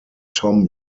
tom